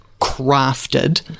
crafted